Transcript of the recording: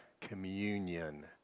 communion